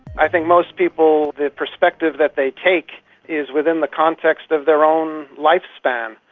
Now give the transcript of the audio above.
i think most people, the perspective that they take is within the context of their own lifespan,